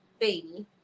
baby